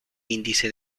índice